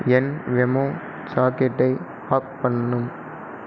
என் Wemo சாக்கெட்டை off பண்ணும்